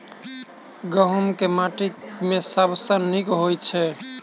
गहूम केँ माटि मे सबसँ नीक होइत छै?